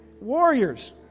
Warriors